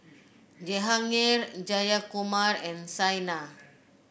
Jehangirr Jayakumar and Saina